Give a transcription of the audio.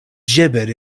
gibbered